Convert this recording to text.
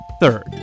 Third